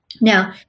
Now